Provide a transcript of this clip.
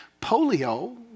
polio